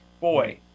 Boy